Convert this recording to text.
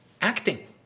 acting